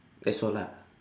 that's all ah